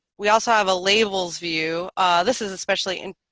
we also have a labels view this is especially in